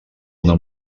una